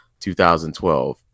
2012